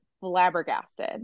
flabbergasted